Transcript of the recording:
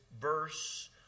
verse